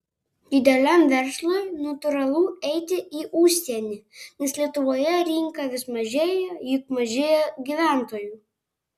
dideliam verslui natūralu eiti į užsienį nes lietuvoje rinka vis mažėja juk mažėja gyventojų